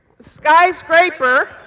skyscraper